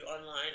online